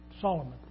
Solomon